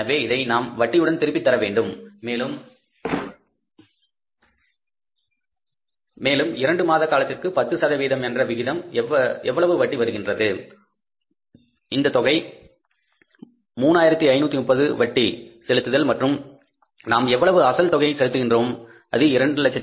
எனவே இதை நாம் வட்டியுடன் திருப்பித் தர வேண்டும் மேலும் இரண்டு மாத காலத்திற்கு 10 சதவிகிதம் என்ற விகிதத்தில் எவ்வளவு வட்டி வருகின்றது இந்த தொகை 3530 வட்டி செலுத்துதல் மற்றும் நாம் எவ்வளவு அசல் தொகை செலுத்துகின்றோம் அது 212000